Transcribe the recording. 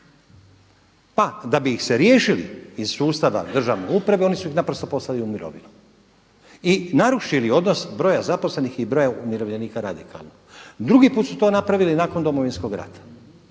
Pa da bi ih se riješili iz sustava državne uprave oni su ih naprosto poslali u mirovinu i narušili odnos broja zaposlenih i broja umirovljenika radikalno. Drugi put su to napravili nakon Domovinskog rata.